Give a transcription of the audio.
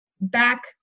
back